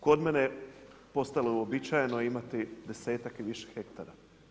Kod mene postalo je uobičajeno imati desetak i više hektara.